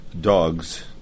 dogs